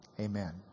Amen